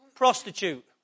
prostitute